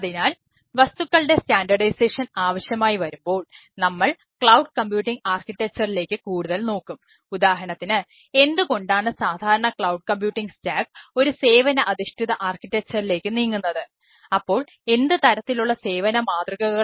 അതിനാൽ വസ്തുക്കളുടെ സ്റ്റാൻഡേർഡൈസേഷൻ മാതൃകകൾ